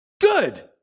Good